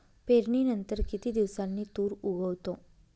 पेरणीनंतर किती दिवसांनी तूर उगवतो?